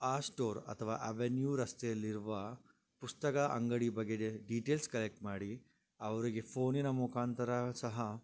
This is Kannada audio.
ಆ ಸ್ಟೋ ಅಥವಾ ಅವೆನ್ಯೂ ರಸ್ತೆಯಲ್ಲಿರುವ ಪುಸ್ತಕ ಅಂಗಡಿ ಬಗ್ಗೆ ಡೀಟೇಲ್ಸ್ ಕಲೆಕ್ಟ್ ಮಾಡಿ ಅವರಿಗೆ ಫೋನಿನ ಮುಖಾಂತರ ಸಹ